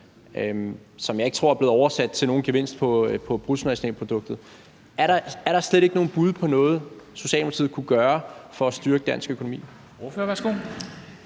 som jeg ikke tror er blevet oversat til nogen gevinst på bruttonationalproduktet. Er der slet ikke nogen bud på noget, Socialdemokratiet kunne gøre for at styrke dansk økonomi?